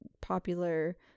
popular